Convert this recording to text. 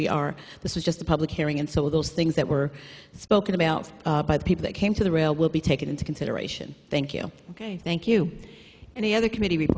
we are this is just a public hearing and so those things that were spoken about by the people that came to the rail will be taken into consideration thank you ok thank you any other committee